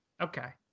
okay